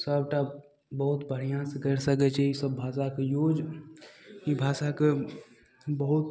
सभटा बहुत बढ़िआँसँ करि सकय छी ई सभ भाषाके यूज ई भाषाके बहुत